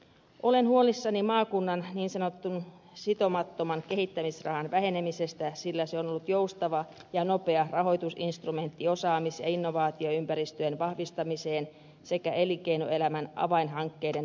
olen huolissani maakunnan niin sanotun sitomattoman kehittämisrahan vähenemisestä sillä se on ollut joustava ja nopea rahoitusinstrumentti osaamis ja innovaatioympäristöjen vahvistamiseen sekä elinkeinoelämän avainhankkeiden vauhdittamiseen